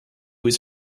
his